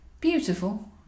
Beautiful